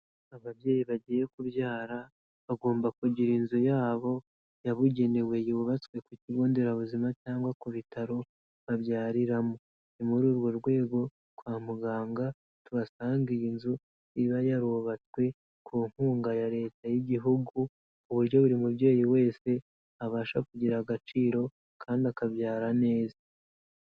Ababyeyi bagiye kubyara bagomba kugira inzu yabo yabugenewe yubatswe ku kigo nderabuzima cyangwa ku bitaro babyariramo, ni muri urwo rwego kwa muganga tuhasanga iyi nzu iba yarubatswe ku nkunga ya Leta y'Igihugu, ku buryo buri mubyeyi wese abasha kugira agaciro kandi akabyara neza.